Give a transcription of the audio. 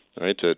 right